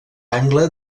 angle